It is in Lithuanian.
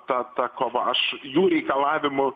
ta ta kova aš jų reikalavimų